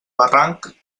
barranc